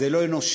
זה לא אנושי.